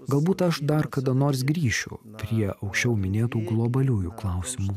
galbūt aš dar kada nors grįšiu prie aukščiau minėtų globaliųjų klausimų